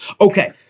Okay